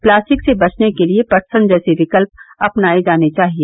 plastic से बचने के लिए पटसन जैसे विकल्प अपनाए जाने चाहिए